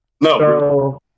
no